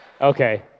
Okay